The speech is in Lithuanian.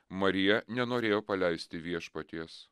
marija nenorėjo paleisti viešpaties